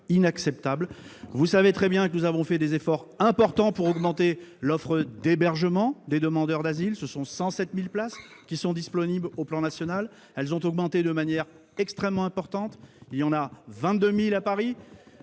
inacceptables. Vous savez très bien que nous avons fait des efforts importants pour augmenter l'offre d'hébergement des demandeurs d'asile. Ce sont 107 000 places qui sont disponibles sur le plan national, après une augmentation extrêmement importante. Il y en a 22 000 à Paris.